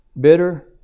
bitter